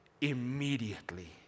Immediately